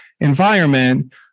environment